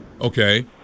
Okay